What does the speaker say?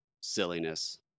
silliness